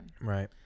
Right